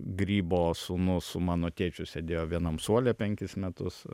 grybo sūnus su mano tėčiu sėdėjo vienam suole penkis metus